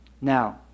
Now